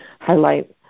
highlight